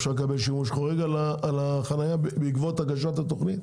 אפשר לקבל שימוש חורג על החנייה בעקבות הגשת התוכנית?